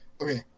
Okay